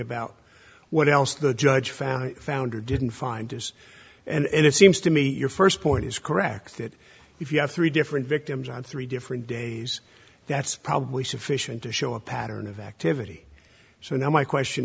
about what else the judge found i found or didn't find us and it seems to me your first point is correct that if you have three different victims on three different days that's probably sufficient to show a pattern of activity so now my question